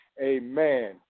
Amen